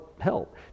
help